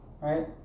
right